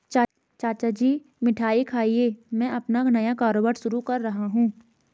चाचा जी मिठाई खाइए मैं अपना नया कारोबार शुरू कर रहा हूं